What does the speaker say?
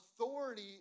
authority